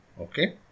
okay